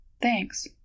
Thanks